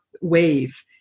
wave